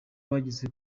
hageze